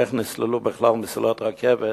איך נסללו מסילות רכבת